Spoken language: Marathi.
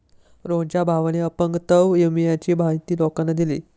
रोहनच्या भावाने अपंगत्व विम्याची माहिती लोकांना दिली